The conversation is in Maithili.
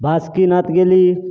बासुकीनाथ गेली